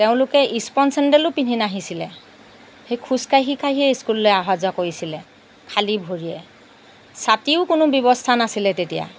তেওঁলোকে স্পন চেন্দেলো পিন্ধি নাহিছিলে সেই খোজ কাঢ়ি কাঢ়িয়েই স্কুললৈ অহা যোৱা কৰিছিলে খালী ভৰিৰে ছাতিও কোনো ব্যৱস্থা নাছিলে তেতিয়া